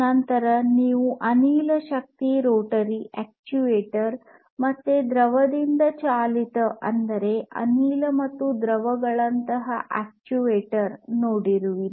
ನಂತರ ನೀವು ಅನಿಲ ಶಕ್ತಿ ರೋಟರಿ ಅಕ್ಚುಯೇಟರ್ ಮತ್ತೆ ದ್ರವದಿಂದ ಚಾಲಿತ ಅಂದರೆ ಅನಿಲ ಮತ್ತು ದ್ರವಗಳಂತಹ ಅಕ್ಚುಯೇಟರ್ ನೋಡುವಿರಿ